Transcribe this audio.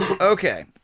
Okay